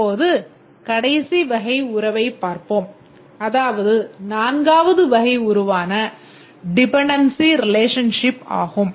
இப்போது கடைசி வகை உறவைப் பார்ப்போம் அதாவது நான்காவது வகை உறவான டிபெண்டென்சி ரிலேஷன்ஷிப் ஆகும்